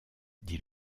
dit